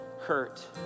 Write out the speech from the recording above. hurt